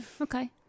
okay